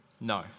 No